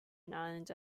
islands